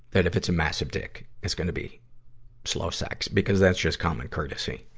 that if it's a massive dick, it's gonna be slow sex. because that's just common courtesy.